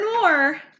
more